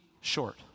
short